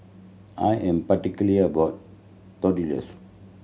I am particularly about Tortillas